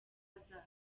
hazaza